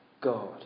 God